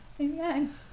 Amen